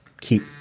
keep